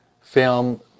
film